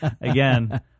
Again